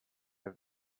have